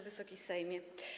Wysoki Sejmie!